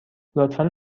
لطفا